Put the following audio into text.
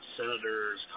senators